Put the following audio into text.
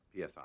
PSI